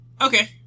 Okay